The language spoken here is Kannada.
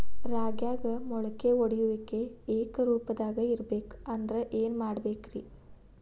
ರಾಗ್ಯಾಗ ಮೊಳಕೆ ಒಡೆಯುವಿಕೆ ಏಕರೂಪದಾಗ ಇರಬೇಕ ಅಂದ್ರ ಏನು ಮಾಡಬೇಕ್ರಿ?